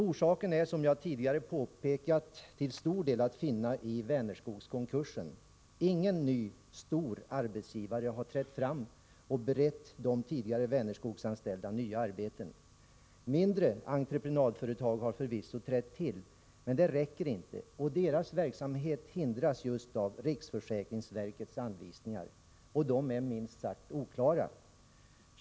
Orsaken är, som jag tidigare påpekat, till stor del att finna i Vänerskogskonkursen — ingen ny, stor arbetsgivare har trätt fram och berett de tidigare Vänerskogsanställda nya arbeten. Mindre entreprenadföretag har förvisso trätt till, men det räcker inte. Deras verksamhet hindras dessutom just av riksförsäkringsverkets anvisningar, som är minst sagt oklara.